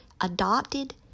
adopted